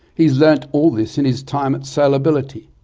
he's learnt all this in his time at sailability.